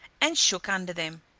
and shook under them.